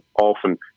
often